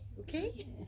Okay